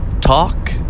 talk